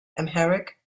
amharic